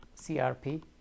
CRP